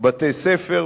בבתי-ספר,